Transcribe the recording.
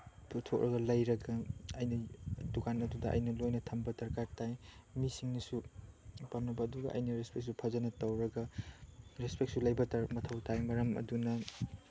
ꯄꯨꯊꯣꯛꯂꯒ ꯂꯩꯔꯒ ꯑꯩꯅ ꯗꯨꯀꯥꯟ ꯑꯗꯨꯗ ꯑꯩꯅ ꯂꯣꯏꯅ ꯊꯝꯕ ꯗꯔꯀꯥꯔ ꯇꯥꯏ ꯃꯤꯁꯤꯡꯅꯁꯨ ꯑꯩꯅ ꯔꯦꯁꯄꯦꯛꯁꯨ ꯐꯖꯅ ꯇꯧꯔꯒ ꯔꯦꯁꯄꯦꯛꯁꯨ ꯂꯩꯕ ꯃꯊꯧ ꯇꯥꯏ ꯃꯔꯝ ꯑꯗꯨꯅ